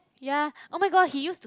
ya oh-my-god he used to